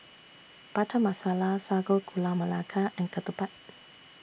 Butter Masala Sago Gula Melaka and Ketupat